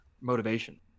motivation